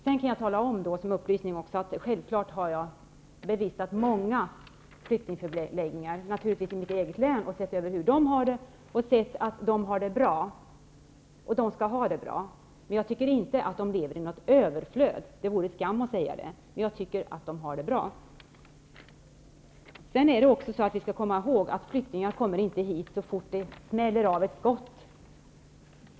Som en upplysning kan jag tala om att jag självklart har bevistat många flyktingförläggningar. Jag har naturligtvis sett över hur flyktingarna har det i mitt eget län. Jag har sett att de har det bra. De skall ha det bra. Men jag tycker inte att de lever i överflöd. Det vore skam att säga det. Men jag tycker att de har det bra. Vi skall komma ihåg att flyktingar inte kommer hit så fort det smäller ett skott.